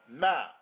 Now